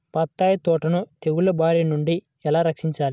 బత్తాయి తోటను తెగులు బారి నుండి ఎలా రక్షించాలి?